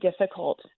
difficult